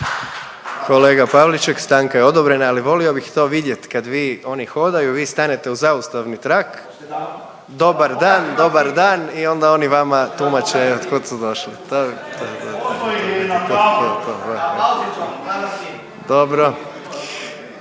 Kolega Pavliček, stanka je odobrena, ali volio bih to vidjeti kad vi, oni hodaju, vi stanete u zaustavni trak, dobar dan, dobar dan i onda oni vama tumače od kud su došli, to.